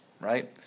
right